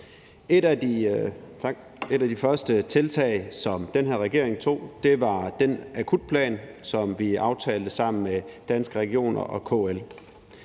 Et af de første tiltag, som den her regering tog, var den akutplan, som vi aftalte sammen med Danske Regioner og KL.